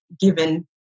given